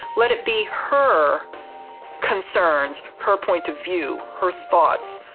let it be her concerns, her point of view, her thoughts,